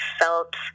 felt